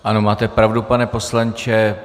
Ano, máte pravdu, pane poslanče.